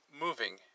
moving